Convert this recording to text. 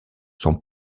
sont